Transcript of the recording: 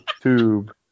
tube